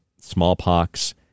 smallpox